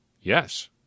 Yes